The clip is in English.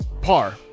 par